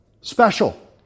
special